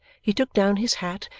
he took down his hat,